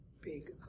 big